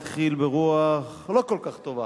התחיל ברוח לא כל כך טובה.